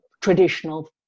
traditional